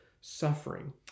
suffering